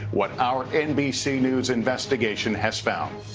what our nbc news investigation has found.